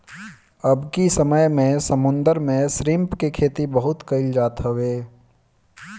अबकी समय में समुंदर में श्रिम्प के खेती खूब कईल जात हवे